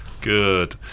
good